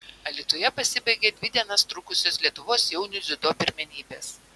alytuje pasibaigė dvi dienas trukusios lietuvos jaunių dziudo pirmenybės